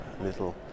little